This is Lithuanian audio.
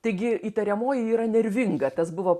taigi įtariamoji yra nervinga tas buvo